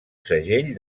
segell